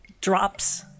drops